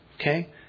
Okay